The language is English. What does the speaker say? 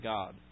God